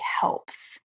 helps